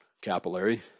capillary